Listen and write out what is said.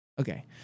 Okay